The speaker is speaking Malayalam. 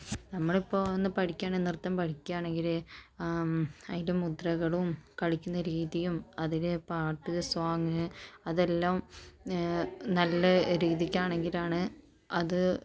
നമ്മളിപ്പോൾ ഒന്ന് പഠിക്കുകയാണെങ്കിൽ നൃത്തം പഠിക്കുകയാണെങ്കിൽ അതിൻ്റെ മുദ്രകളും കളിയ്ക്കുന്ന രീതിയും അതിലെ പാട്ട് സോങ്ങ് അതെല്ലാം നല്ല രീതിയ്ക്കാണെങ്കിലാണ് അത്